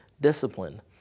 discipline